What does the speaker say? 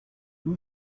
who